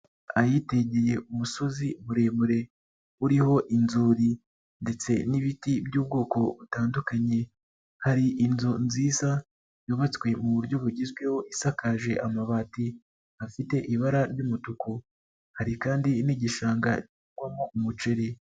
Ahitegeye umusozi muremure uriho inzuri ndetse n'ibiti by'ubwoko butandukanye, hari inzu nziza yubatswe mu buryo bugezweho isakaje amabati afite ibara ry'umutuku, hari kandi n'igishanga gihingwamo umuceri.